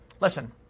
Listen